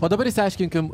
o dabar išsiaiškinkim